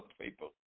people